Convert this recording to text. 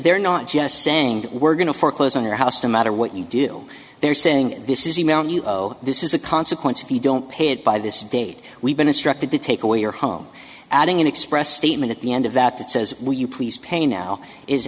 they're not just saying we're going to foreclose on your house no matter what you do they're saying this is the amount you owe this is a consequence if you don't pay it by this date we've been instructed to take away your home adding an express statement at the end of that that says will you please pay now is